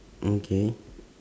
okay